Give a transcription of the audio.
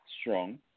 strong